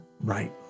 right